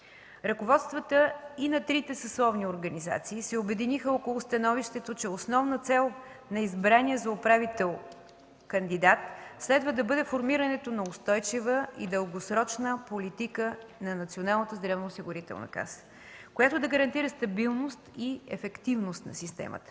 Ръководствата и на трите съсловни организации се обединиха около становището, че основна цел на избрания за управител кандидат следва да бъде формирането на устойчива и дългосрочна политика на НЗОК, която да гарантира стабилност и ефективност на системата.